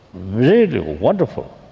really wonderful.